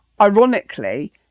Ironically